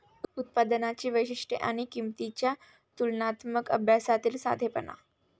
उत्पादनांची वैशिष्ट्ये आणि किंमतींच्या तुलनात्मक अभ्यासातील साधेपणा